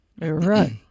Right